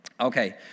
Okay